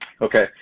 Okay